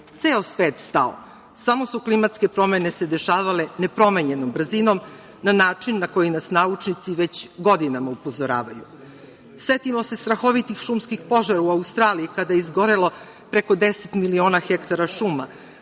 ceo svet stao, samo su se klimatske promene dešavale nepromenjenom brzinom na način na koji nas naučnici već godinama upozoravaju. Setimo se strahovitih šumskih požara u Australiji kada je izgorelo preko 10 miliona hektara šuma,